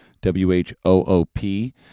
W-H-O-O-P